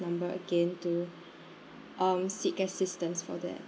number again to um seek assistance for that